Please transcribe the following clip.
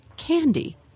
candy